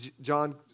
John